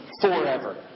forever